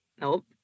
Nope